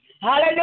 Hallelujah